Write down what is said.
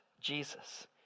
Jesus